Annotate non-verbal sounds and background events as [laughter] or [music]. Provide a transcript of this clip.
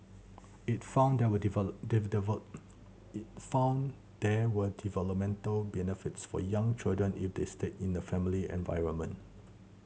it found there were [unintelligible] it found there were developmental benefits for young children if they stayed in a familiar environment